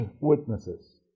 witnesses